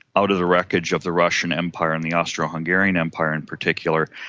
out of the wreckage of the russian empire and the austro-hungarian empire in particular,